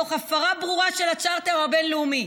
תוך הפרה ברורה של הצ'רטר הבין-לאומי.